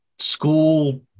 School